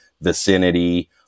vicinity